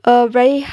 err very